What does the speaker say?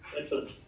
excellent